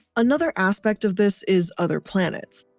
another aspect of this is other planets.